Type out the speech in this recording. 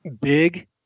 big